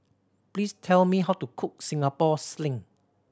please tell me how to cook Singapore Sling